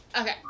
Okay